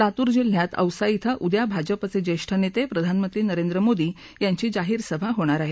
लातूर जिल्ह्यात औसा इथं उद्या भाजपचे ज्येष्ठ नेते प्रधानमंत्री नरेंद्र मोदी यांची जाहीर सभा होणार आहे